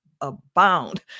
abound